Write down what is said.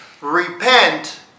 Repent